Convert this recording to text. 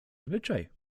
zwyczaj